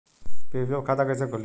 PPF खाता कैसे खुली?